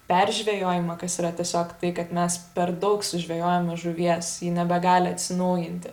peržvejojimą kas yra tiesiog tai kad mes per daug sužvejojame žuvies ji nebegali atsinaujinti